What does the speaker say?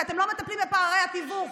כי אתם לא מטפלים בפערי התיווך.